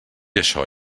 això